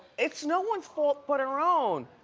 it's no one's fault but her own.